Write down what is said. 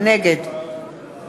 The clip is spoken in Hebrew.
נגד